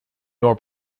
nor